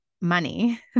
money